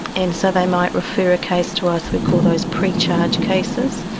and so they might refer a case to us, we call those precharge cases,